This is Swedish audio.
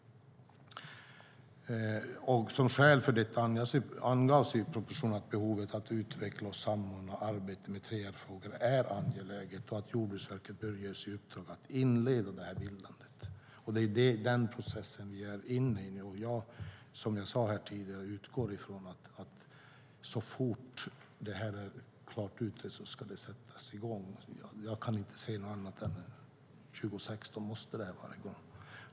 Som skäl för detta angavs i propositionen att behovet att utveckla och samordna arbete med 3R-frågor är angeläget och att Jordbruksverket bör ges i uppdrag att inleda bildandet. Det är den processen vi nu är inne i. Som jag sade tidigare utgår jag från att så fort som det är klart utrett ska det sättas igång. Jag kan inte se annat än att det måste vara igång 2016.